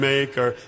Maker